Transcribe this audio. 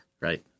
Right